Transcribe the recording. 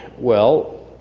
well,